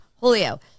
Julio